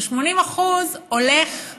ו-80% הולכים